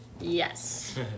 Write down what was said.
yes